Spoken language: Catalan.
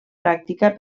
pràctica